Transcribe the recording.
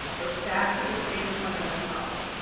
we're back to the same fundamental problem.